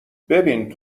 ببین